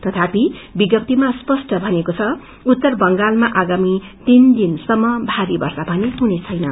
तथापि विज्ञप्तिमा स्पष्ट भनिएको छ उत्तर बंगालमा आगामी तीन दिन सम्म भारी वर्षा भने हुने छैन